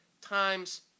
times